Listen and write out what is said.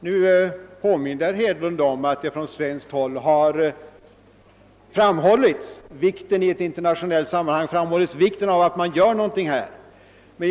Herr Hedlund påminde nyss om att från svenskt håll framhållits vikten av att man internationellt gör något åt saken.